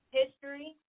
history